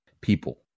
people